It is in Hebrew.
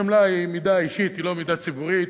חמלה היא מידה אישית, היא לא מידה ציבורית.